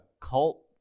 cult